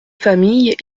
famille